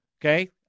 okay